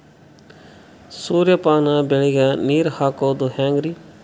ಸೂರ್ಯಪಾನ ಬೆಳಿಗ ನೀರ್ ಹಾಕೋದ ಹೆಂಗರಿ?